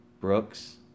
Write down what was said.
Brooks